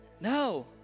No